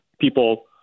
people